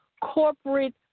corporate